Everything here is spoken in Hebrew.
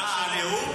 הנאום?